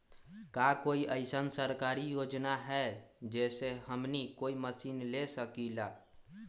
का कोई अइसन सरकारी योजना है जै से हमनी कोई मशीन ले सकीं ला?